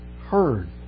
heard